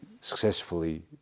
successfully